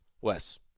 Wes